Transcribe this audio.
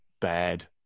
bad